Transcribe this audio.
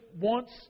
wants